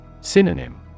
Synonym